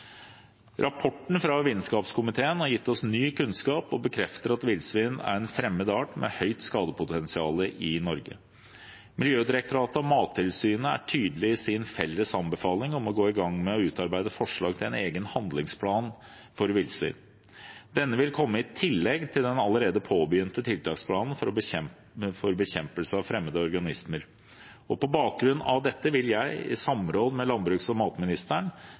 bekrefter at villsvin er en fremmed art med stort skadepotensial i Norge. Miljødirektoratet og Mattilsynet er tydelige i sin felles anbefaling om å gå i gang med å utarbeide forslag til en egen handlingsplan for villsvin. Denne vil komme i tillegg til den allerede påbegynte tiltaksplanen for bekjempelse av fremmede organismer. På bakgrunn av dette vil jeg, i samråd med landbruks- og matministeren,